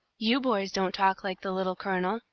you boys don't talk like the little colonel,